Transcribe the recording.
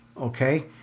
okay